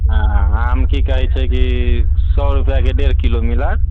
आ आम की कहैत छै कि सए रुपिआके डेढ़ किलो मिलत